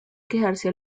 quejarse